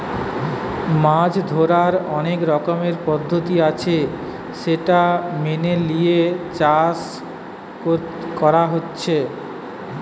মাছ ধোরার অনেক রকমের পদ্ধতি আছে সেটা মেনে লিয়ে মাছ চাষ হচ্ছে